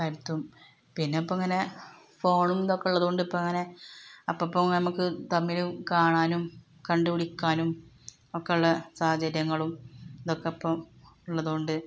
പരത്തും പിന്നെ ഇപ്പോൾ ഇങ്ങനെ ഫോണും ഇതൊക്കെ ഉള്ളത് കൊണ്ട് ഇപ്പം അങ്ങനെ അപ്പപ്പോൾ നമ്മൾക്ക് തമ്മിൽ കാണാനും കണ്ട് വിളിക്കാനും ഒക്കെ ഉള്ള സാഹചര്യങ്ങളും ഇതൊക്കെ ഇപ്പോൾ ഉള്ളത് കൊണ്ട്